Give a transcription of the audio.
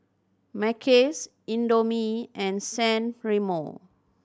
Mackays Indomie and San Remo